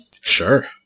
Sure